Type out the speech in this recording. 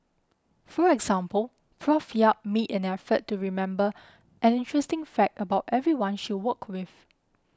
for example Prof Yap made an effort to remember an interesting fact about everyone she worked with